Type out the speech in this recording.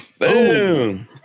boom